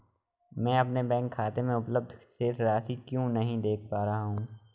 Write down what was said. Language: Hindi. मैं अपने बैंक खाते में उपलब्ध शेष राशि क्यो नहीं देख पा रहा हूँ?